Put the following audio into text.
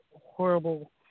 horrible